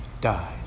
died